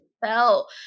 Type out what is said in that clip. fell